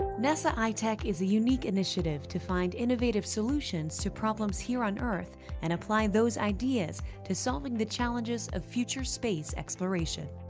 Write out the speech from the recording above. nasa itech is a unique initiative to find innovative solutions to problems here on earth and apply those ideas to solving the challenges of future space exploration.